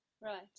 right